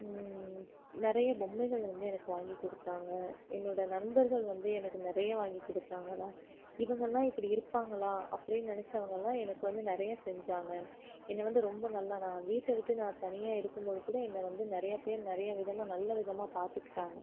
நிறைய பொம்மைகள் வந்து எனக்கு வாங்கிக் கொடுத்தாங்க என்னோடய நண்பர்கள் வந்து எனக்கு நிறையா வாங்கிக் கொடுத்தாங்கதான் இவங்கள்லாம் இப்படி இருப்பாங்களா அப்படீனு நினைச்சவங்கலாம் எனக்கு வந்து நிறைய செஞ்சாங்க என்ன வந்து ரொம்ப நல்லாதான் வீட்டை விட்டு நான் தனியாக இருக்கும்போது கூட என்னை வந்து நிறையப் பேர் நிறைய விதமாக நல்ல விதமாக பார்த்துக்கிட்டாங்க